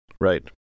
Right